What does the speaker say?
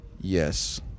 yes